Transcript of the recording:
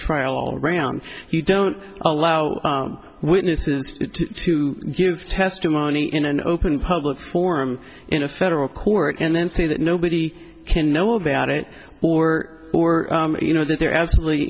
trial all round you don't allow witnesses to give testimony in an open public form in a federal court and then say that nobody can know about it or or you know that they're absolutely